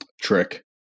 trick